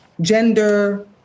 gender